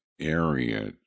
area